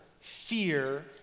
fear